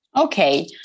Okay